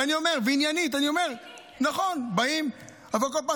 ואני אומר לך שלהיות ככה זה לא אחים, זה דבר אחד.